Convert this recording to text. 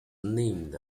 named